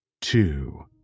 two